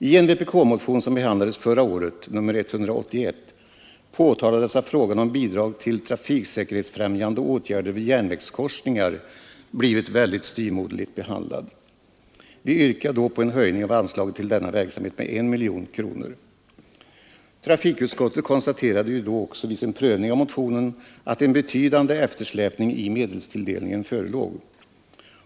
I en vpk-motion, som behandlades förra året, nr 181, påtalades att frågan om bidrag till trafiksäkerhetsfrämjande åtgärder vid järnvägskorsningar blivit styvmoderligt behandlad. Vi yrkade då på en höjning av anslaget till denna verksamhet med 1 miljon kronor. Trafikutskottet konstaterade ju då också vid sin prövning av motionen att en betydande eftersläpning i medelstilldelningen förelåg.